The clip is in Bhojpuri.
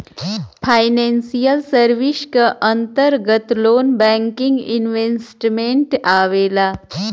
फाइनेंसियल सर्विस क अंतर्गत लोन बैंकिंग इन्वेस्टमेंट आवेला